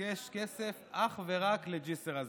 ביקש כסף אך ורק לג'יסר א-זרקא.